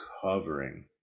covering